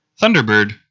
Thunderbird